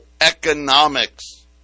economics